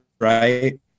right